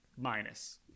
minus